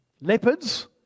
leopards